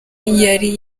yari